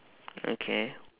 okay